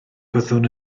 byddwn